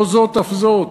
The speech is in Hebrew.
לא זאת אף זאת,